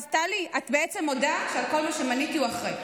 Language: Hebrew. אז טלי, את בעצם מודה שלכל מה שמניתי הוא אחראי.